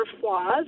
flaws